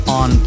on